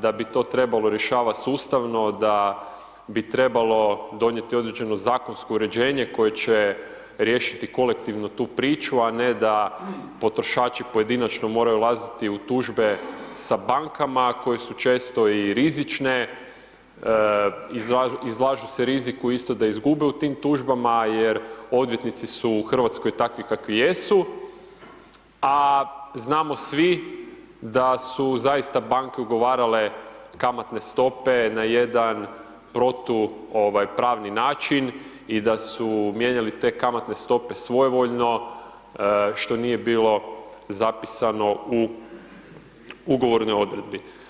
da bi to trebalo rješavati sustavno da bi trebalo donijeti određeno zakonsko uređenje koje će riješiti kolektivno tu priču, a ne da potrošači pojedinačno moraju ulaziti u tužbe sa bankama, koje su često i rizične, izlažu se riziku isto da izgube u tim tužbama jer odvjetnici su u Hrvatskoj takvi kakvi jesu, a znamo svi da su zaista banke ugovarale kamatne stope na jedan protu ovaj pravni način i da su mijenjali te kamatne stope svojevoljno što nije bilo zapisano u ugovornoj odredbi.